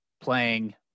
playing